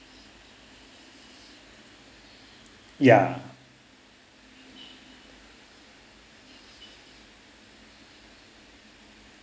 ya